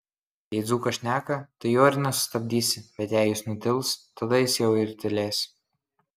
jei dzūkas šneka tai jo ir nesustabdysi bet jei jis nutils tada jis jau ir tylės